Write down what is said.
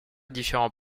différents